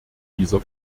dieser